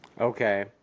Okay